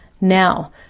Now